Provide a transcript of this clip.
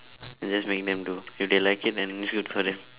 and just make them do if they like it then it's good for them